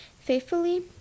faithfully